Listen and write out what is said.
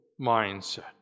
mindset